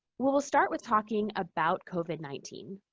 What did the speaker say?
we'll we'll start with talking about covid nineteen.